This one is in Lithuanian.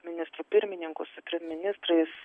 ministru pirmininku su trim ministrais